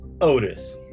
Otis